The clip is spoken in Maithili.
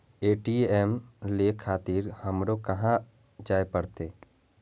ए.टी.एम ले खातिर हमरो कहाँ जाए परतें?